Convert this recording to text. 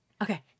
Okay